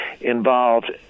involved